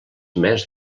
més